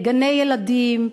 גני ילדים,